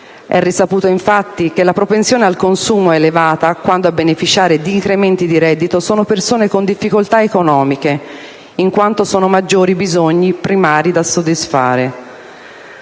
È risaputo infatti che la propensione al consumo è elevata quando a beneficiare di incrementi di reddito sono persone con difficoltà economiche, in quanto sono maggiori i bisogni primari da soddisfare.